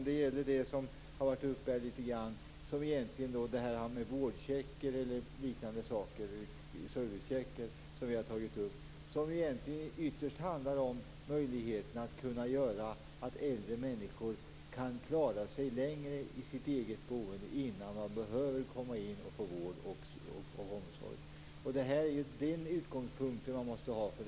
Sedan gäller det en sak som litet grand har berörts här, nämligen vårdcheckar, servicecheckar o.d. som vi har tagit upp. Ytterst handlar det egentligen om att möjliggöra att äldre människor klarar sig längre i sitt eget boende innan de måste tas in för vård och omsorg. Det är den utgångspunkten som måste finnas här.